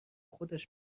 خودش